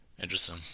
Interesting